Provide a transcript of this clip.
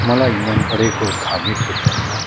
मलाई मनपरेको धार्मिक पुस्तकमा